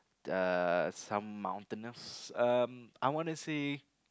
uh some mountainous um I wanna see